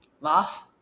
Lost